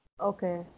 Okay